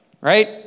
Right